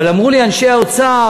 אבל אמרו לי אנשי האוצר,